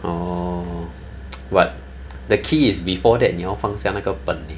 orh but the key is before that 你要放下那个本